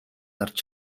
зарж